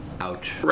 Ouch